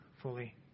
fully